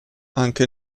anche